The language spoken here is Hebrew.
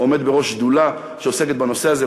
אני עומד בראש שדולה שעוסקת בנושא הזה,